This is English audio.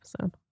episode